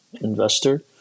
investor